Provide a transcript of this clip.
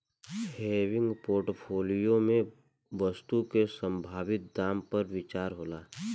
हेविंग portfolio में वस्तु के संभावित दाम पर विचार होला